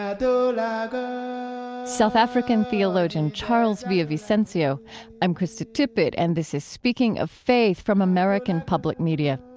and and and south african theologian charles villa-vicencio i'm krista tippett, and this is speaking of faith from american public media.